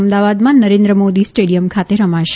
અમદાવાદમાં નરેન્દ્ર મોદી સ્ટેડિયમ ખાતે રમાશે